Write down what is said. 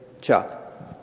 Chuck